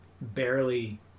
barely